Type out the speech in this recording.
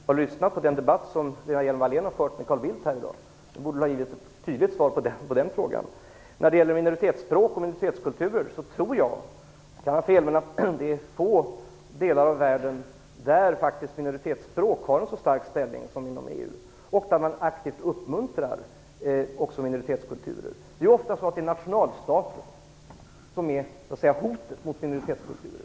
Fru talman! Jag vet inte om Ragnhild Pohanka har lyssnat på den debatt som Lena Hjelm-Wallén här i dag har fört med Carl Bildt. Den borde ha givit ett tydligt svar på denna fråga. När det gäller minoritetsspråk och minoritetskulturer tror jag - jag kan ha fel - att det är i få delar av världen som minoritetsspråk har en så stark ställning som i EU, där man faktiskt också uppmuntrar minoritetskulturer. Det är ofta nationalstater som är hotet mot minoritetskulturer.